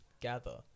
gather